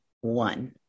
one